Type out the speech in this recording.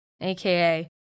aka